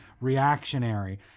reactionary